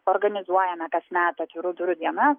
organizuojame kasmet atvirų durų dienas